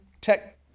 tech